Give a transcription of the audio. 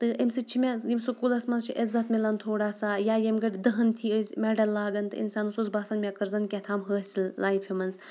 تہٕ اَمہِ سۭتۍ چھِ مےٚ یِم سکوٗلَس منٛز چھِ عزت مِلان تھوڑا سا یا ییٚمہِ گٲنٛٹہِ دہَن تھی ٲسۍ میڈَل لاگَان تہٕ اِنسانَس اوس باسان مےٚ کٔر زَن کیٛاتھام حٲصِل لایِفہِ منٛز